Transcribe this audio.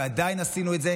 ועדיין עשינו את זה,